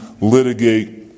litigate